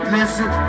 Listen